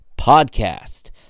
podcast